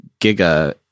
giga